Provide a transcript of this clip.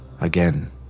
again